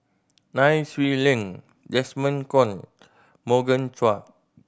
Nai Swee Leng Desmond Kon Morgan Chua